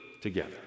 together